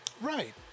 Right